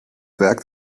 werk